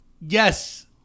Yes